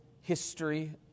history